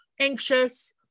anxious